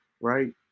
right